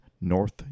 north